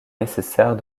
nécessaire